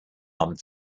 armed